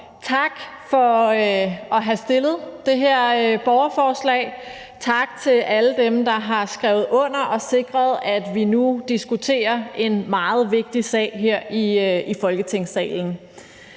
Tak for at have fremsat det her borgerforslag, tak til alle dem, der har skrevet under og sikret, at vi nu her i Folketingssalen